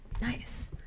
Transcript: nice